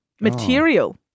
material